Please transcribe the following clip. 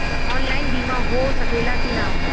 Online बीमा हो सकेला की ना?